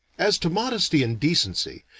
as to modesty and decency,